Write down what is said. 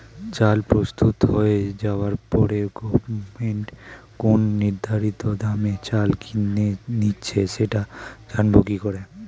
চাল প্রস্তুত হয়ে যাবার পরে গভমেন্ট কোন নির্ধারিত দামে চাল কিনে নিচ্ছে সেটা জানবো কি করে?